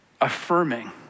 affirming